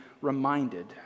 reminded